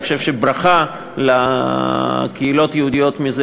אני חושב שלא יוצאת מזה ברכה לקהילות היהודיות.